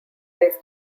plays